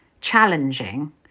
challenging